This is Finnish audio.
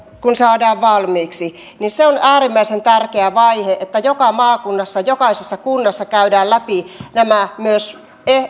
saadaan valmiiksi äärimmäisen tärkeä vaihe on se että joka maakunnassa jokaisessa kunnassa käydään läpi myös